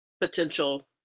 potential